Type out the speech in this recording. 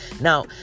Now